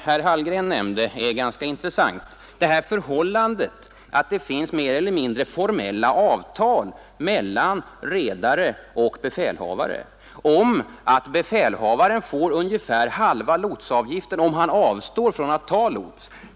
Herr Hallgren tog upp en intressant sak, nämligen att det finns mer eller mindre formella avtal mellan redare och befälhavare om att befälhavaren får ungefär halva lotsavgiften om han avstår från att ta lots.